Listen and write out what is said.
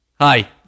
Hi